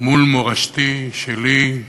מול מורשתי שלי,